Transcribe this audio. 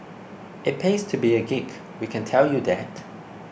it pays to be a geek we can tell you that